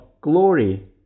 glory